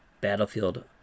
battlefield